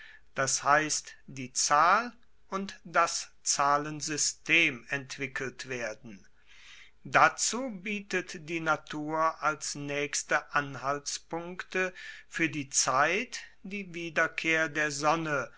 das heisst die zahl und das zahlensystem entwickelt werden dazu bietet die natur als naechste anhaltspunkte fuer die zeit die wiederkehr der sonne